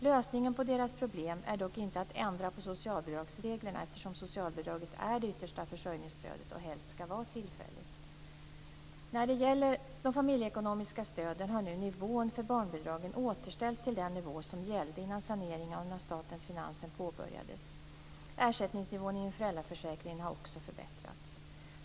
Lösningen på deras problem är dock inte att ändra på socialbidragsreglerna, eftersom socialbidraget är det yttersta försörjningsstödet och helst skall vara tillfälligt. När det gäller de familjeekonomiska stöden har nu nivån för barnbidragen återställts till den nivå som gällde innan saneringen av statens finanser påbörjades. Ersättningsnivån inom föräldraförsäkringen har också förbättrats.